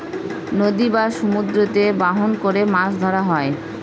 নদী বা সমুদ্রতে বাহন করে মাছ ধরা হয়